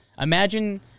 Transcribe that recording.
imagine